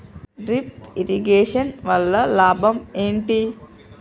Drip irrigation వల్ల లాభం ఏంటి?